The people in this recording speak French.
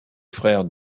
frère